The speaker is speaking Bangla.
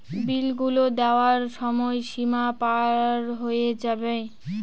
বিল গুলো দেওয়ার সময় সীমা পার হয়ে যাবে